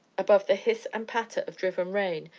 above the hiss and patter of driven rain,